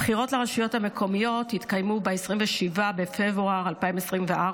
הבחירות לרשויות המקומיות התקיימו ב-27 בפברואר 2024,